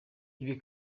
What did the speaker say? ibi